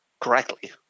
correctly